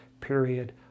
period